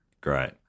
Great